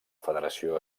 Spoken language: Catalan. federació